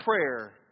prayer